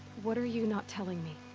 what are you not telling me?